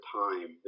time